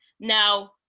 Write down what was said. Now